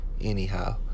anyhow